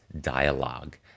dialogue